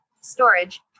storage